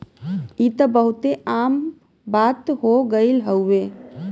ई त बहुते आम बात हो गइल हउवे